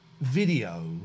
video